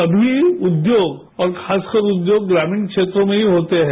समी उद्योग और खासकर उद्योग ग्रामीण क्षेत्रों में ही होते हैं